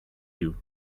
you